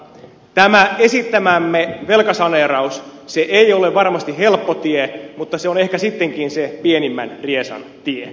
tämä esittämämme velkasaneeraus ei ole varmasti helppo tie mutta se on ehkä sittenkin sen pienimmän riesan tie